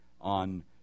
on